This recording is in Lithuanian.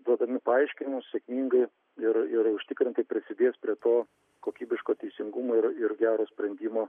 duodami paaiškinimus sėkmingai ir ir užtikrintai prisidės prie to kokybiško teisingumo ir ir gero sprendimo